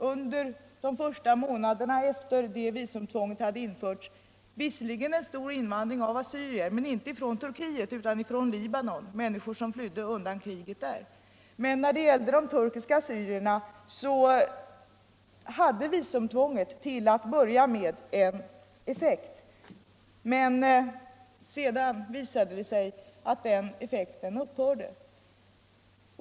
Under de första månaderna efter det att detta visumtvång införts fick vi visserligen en stor invandring av assyrier, men inte ifrån Turkiet utan ifrån Libanon, människor som flydde undan kriget där. När det gällde de turkiska assyrierna hade visumtvånget till att börja med som sagt en effekt. Men sedan visade det sig att effekten upphörde.